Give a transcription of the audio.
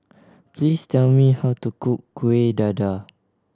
please tell me how to cook Kueh Dadar